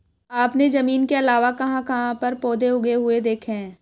आपने जमीन के अलावा कहाँ कहाँ पर पौधे उगे हुए देखे हैं?